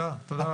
תודה רבה.